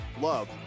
love